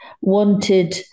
wanted